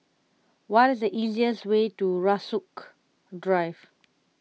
what is the easiest way to Rasok Drive